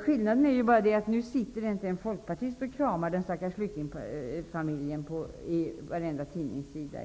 Skillnaden är den att det nu inte sitter en folkpartist i bild och kramar den stackars flyktingfamiljen på varenda tidningssida